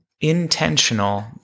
intentional